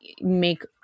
make